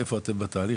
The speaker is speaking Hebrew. איפה אתם בתהליך?